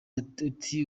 ati